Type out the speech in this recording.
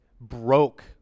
broke